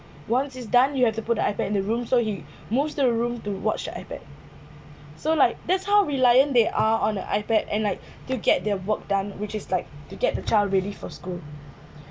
once it's done you have to put the ipad in the room so he moves to room to watch the ipad so like that's how reliant they are on the ipad and like to get their work done which is like to get the child ready for school